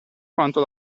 quanto